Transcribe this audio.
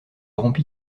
rompit